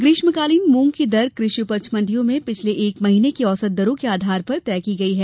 ग्रीष्मकालीन मूंग की दर कृषि उपज मंडियों में पिछले एक महीने की औसत दरों के आधार पर तय की गई है